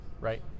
right